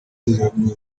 izakomeza